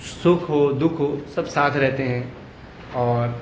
سکھ ہو دکھ ہو سب ساتھ رہتے ہیں اور